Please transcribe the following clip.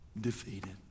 defeated